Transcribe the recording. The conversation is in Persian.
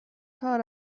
کار